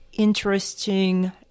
interesting